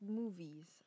movies